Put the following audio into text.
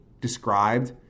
described